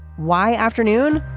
why. afternoon.